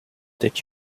did